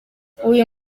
uyu